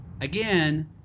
again